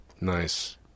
Nice